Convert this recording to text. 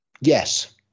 Yes